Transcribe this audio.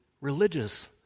religious